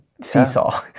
seesaw